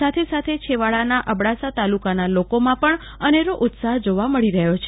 સાથે સાથે છેવાડાના અબડાસા તાલુકાના લોકોમાં પણ અનેરો ઉત્સાહ જોવા મળી રહ્યો છે